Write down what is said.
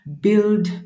build